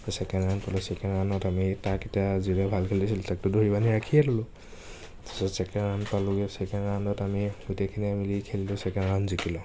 তাৰপৰা second round পালোঁ second ৰাউণ্ডত আমি তাক এতিয়া যোনে ভাল খেলিছিল তাকটোতো ইমান দেৰি ৰাখিয়েই থ'লো তাৰপিছত চেকেণ্ড ৰাউণ্ড পালোঁগৈ চেকেণ্ড ৰাউণ্ডত আমি গোটেইখিনিয়ে মিলি খেলিলোঁ চেকেণ্ড ৰাউণ্ড জিকিলোঁ